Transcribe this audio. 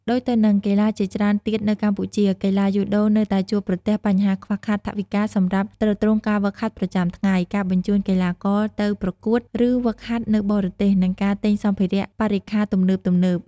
ដូចទៅនឹងកីឡាជាច្រើនទៀតនៅកម្ពុជា កីឡាយូដូនៅតែជួបប្រទះបញ្ហាខ្វះខាតថវិកាសម្រាប់ទ្រទ្រង់ការហ្វឹកហាត់ប្រចាំថ្ងៃ ការបញ្ជូនកីឡាករទៅប្រកួត ឬហ្វឹកហាត់នៅបរទេស និងការទិញសម្ភារៈបរិក្ខារទំនើបៗ ។